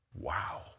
Wow